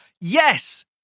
Yes